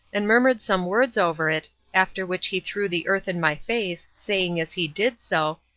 and murmured some words over it, after which he threw the earth in my face, saying as he did so,